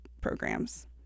programs